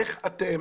איך אתם,